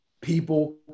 People